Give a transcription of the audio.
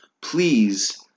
please